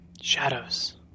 Shadows